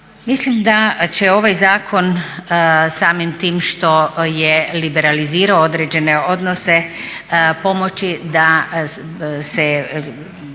Mislim da će ovaj zakon samim tim što je liberalizirao određene odnose pomoći da se